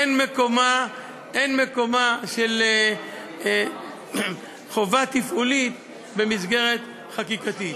אין מקומה של חובה תפעולית במסגרת חקיקתית.